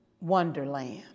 wonderland